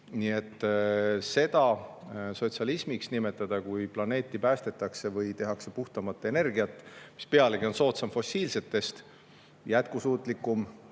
Nii et seda sotsialismiks nimetada, kui planeeti päästetakse või toodetakse puhtamat energiat, mis pealegi on soodsam fossiilsetest ja jätkusuutlikum,